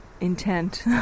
intent